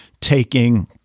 taking